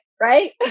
right